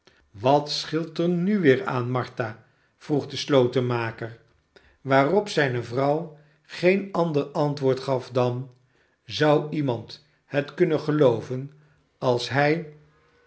wat scheelt er nu weer aan martha vroeg de slotenmaker waarop zijne vrouw geen ander antwoord gaf dan zou iemand het kunnen gelooven als hij